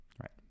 Right